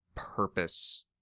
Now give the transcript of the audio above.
purpose